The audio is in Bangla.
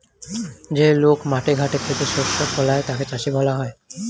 যে লোক মাঠে ঘাটে খেতে শস্য ফলায় তাকে চাষী বলা হয়